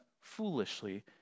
foolishly